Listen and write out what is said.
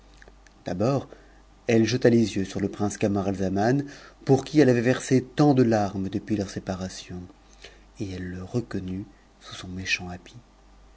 d'abord elle jeta les yeux sur le prim camaralzaman pour qui elle avait versé tant de larmes depuis teursq'aration et elle le reconnut sous son méchant